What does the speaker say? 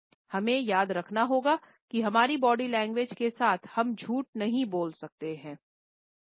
हमें याद रखना होगा कि हमारी बॉडी लैंग्वेज के साथ हम झूठ नहीं बोल सकते